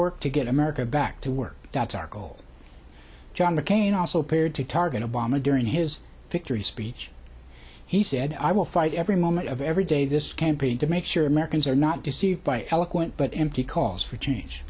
work to get america back to work that's our goal john mccain also appeared to target obama during his victory speech he said i will fight every moment of every day this campaign to make sure americans are not deceived by eloquent but empty calls for change